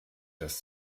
das